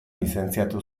lizentziatu